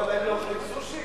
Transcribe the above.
למה, הם לא אוכלים סושי?